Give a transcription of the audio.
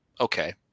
okay